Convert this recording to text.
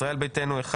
ישראל ביתנו אחד,